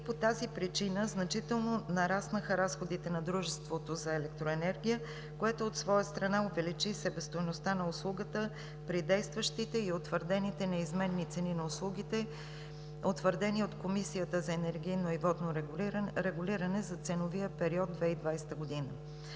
и по тази причина значително нараснаха разходите на Дружеството за електроенергия, което, от своя страна, увеличи себестойността на услугата при действащите и утвърдените неизменни цени на услугите, утвърдени от Комисията за енергийно и водно регулиране за ценовия период 2020 г.